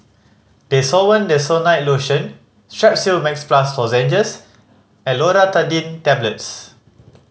Desowen Desonide Lotion Strepsils Max Plus Lozenges and Loratadine Tablets